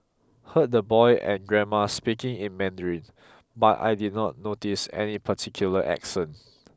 heard the boy and grandma speaking in Mandarin but I did not notice any particular accent